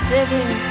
sitting